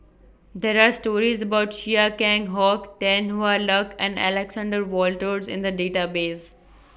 There Are stories about Chia Keng Hock Tan Hwa Luck and Alexander Wolters in The Database